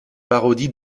parodie